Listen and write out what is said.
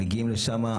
מגיעים לשם,